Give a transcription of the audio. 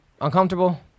uncomfortable